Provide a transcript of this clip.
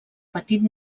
petit